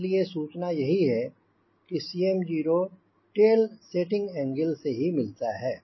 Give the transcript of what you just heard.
इसलिए सूचना यही है कि 𝐶mo टेल सेटिंग एंगल से ही मिलता है